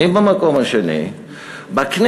מי במקום השני בכנסת?